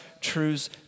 truths